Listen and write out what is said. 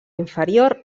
inferior